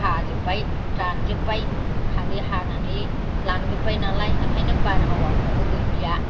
हाजोब्बाय रानजोब्बाय खालि हानानै लांजोब्बाय नालाय ओंखायनो बारहावाफ्राबो गैलिया